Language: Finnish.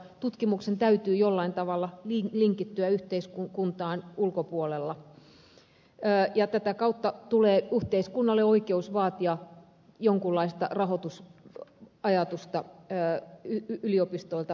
tutkimuksen täytyy jollain tavalla linkittyä yhteiskuntaan ulkopuolella ja tätä kautta tulee yhteiskunnalle oikeus vaatia jonkunlaista rahoitusajatusta yliopistoilta myöskin